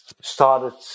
started